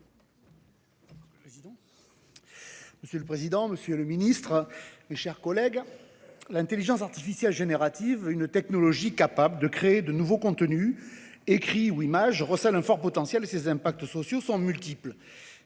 Monsieur le président, monsieur le ministre, mes chers collègues, « l'intelligence artificielle générative, une technologie capable de créer de nouveaux contenus, écrits ou images, recèle un fort potentiel, et ses impacts sociaux sont multiples.